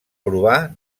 provar